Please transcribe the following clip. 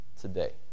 today